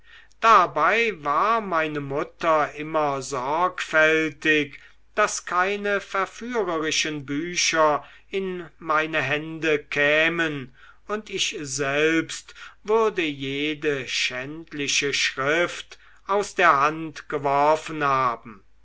dabei war meine mutter immer sorgfältig daß keine verführerischen bücher in meine hände kämen und ich selbst würde jede schändliche schrift aus der hand geworfen haben